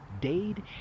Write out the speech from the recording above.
Dade